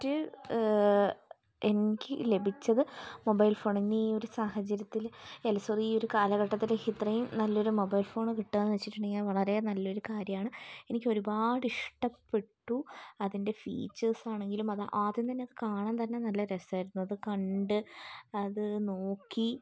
റ്റ് എനിക്ക് ലഭിച്ചത് മൊബൈൽ ഫോൺ ഇന്ന് ഈ ഒരു സാഹചര്യത്തിൽ അല്ല സോറി ഈ ഒരു കാലഘട്ടത്തിൽ ഇത്രയും നല്ലൊരു മൊബൈൽ ഫോൺ കിട്ടുക എന്ന് വെച്ചിട്ടുണ്ടെങ്കിൽ അത് വളരെ നല്ല ഒരു കാര്യമാണ് എനിക്കൊരുപാട് ഇഷ്ടപ്പെട്ടു അതിൻ്റെ ഫീച്ചേഴ്സ് ആണെങ്കിലും അത് ആദ്യം തന്നെ കാണാൻ തന്നെ നല്ല രസമായിരുന്നു അത് കണ്ട് അത് നോക്കി